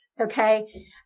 okay